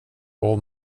all